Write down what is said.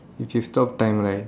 if you stop time right